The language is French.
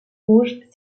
rouge